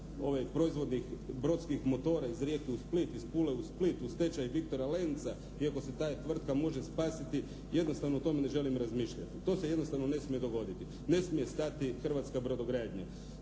proizvodnih brodskih motora iz Rijeke u Split, iz Pule u Split, u stečaj "Viktora Lenca" iako se ta tvrtka može spasiti, jednostavno o tome ne želim razmišljati. To je jednostavno ne smije dogoditi. Ne smije stati hrvatska brodogradnja.